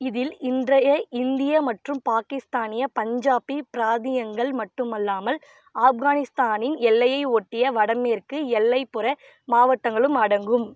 இதில் இன்றைய இந்திய மற்றும் பாக்கிஸ்தானிய பஞ்சாபி பிராந்தியங்கள் மட்டுமல்லாமல் ஆப்கானிஸ்தானின் எல்லையை ஒட்டிய வடமேற்கு எல்லைப்புற மாவட்டங்களும் அடங்கும்